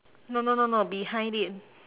no no no no behind him